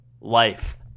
Life